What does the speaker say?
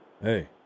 Hey